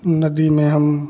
नदी में हम